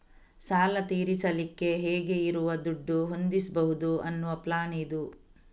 ಸಾಲ ತೀರಿಸಲಿಕ್ಕೆ ಹೇಗೆ ಇರುವ ದುಡ್ಡು ಹೊಂದಿಸ್ಬಹುದು ಅನ್ನುವ ಪ್ಲಾನ್ ಇದು